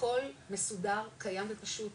הכול מסודר, קיים ופשוט,